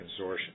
consortium